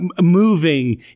moving